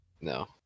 No